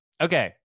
Okay